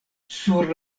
sur